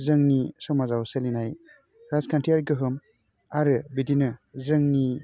जोंनि समाजाव सोलिनाय राजखान्थियारि गोहोम आरो बिदिनो जोंनि